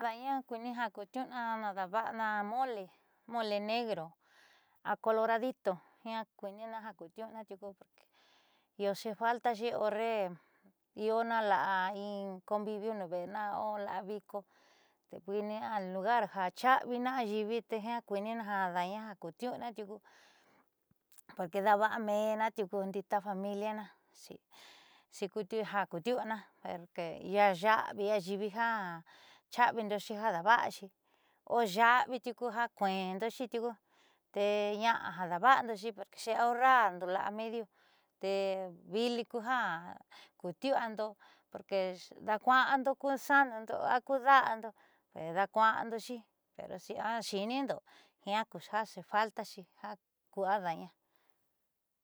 Na kuini ja kuutiuu'ana nadaava'ana mole mole negro o coloradito jiaa kuiinina ja kutiu'uana tiuku porque io xepaltaxi horre iiona la'a in convivio nuuve'ena o la'a viko te kuiinina a lugar ja cha'avina ayiivi te jiaa kuiinina ja ada'aña ja kuutiu'uana tiuku porque daava'a meenna tiuku dii taja familiana ja kuutiu'uana io ya'avi ayiivi ja cha'avindoxi ja daava'axi o ya'avii tiuku ja kueendoxi tiuku tee ña'a jadaava'andoxi porque xeaharrando la'a mediu tee vili kuja kuutiu'uando porque daakua'ando ku sa'anundo a ku daando ndaakua'andoxi pero si 'inindo jiaa ku xefaltaxi jiaa ku ada'aña.